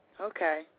Okay